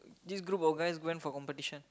this group of guys went for competition